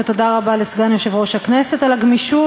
ותודה רבה לסגן יושב-ראש הכנסת על הגמישות,